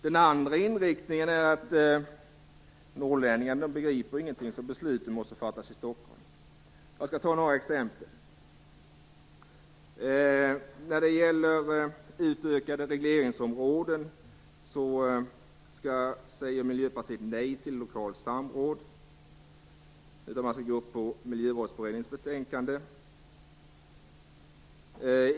Den andra inriktningen är att norrlänningarna begriper ingenting, så besluten måste fattas i Stockholm. Jag skall ta några exempel. När det gäller utökade regleringsområden säger Miljöpartiet nej till lokalt samråd och vill att man skall rätta sig efter Miljövårdsberedningens betänkande.